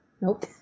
Nope